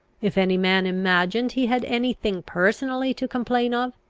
if any man imagined he had any thing personally to complain of,